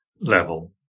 level